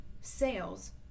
sales